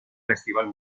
festival